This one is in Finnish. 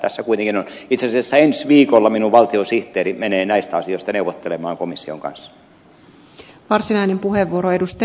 itse asiassa ensi viikolla minun valtiosihteerini menee näistä asioista neuvottelemaan komission kanssa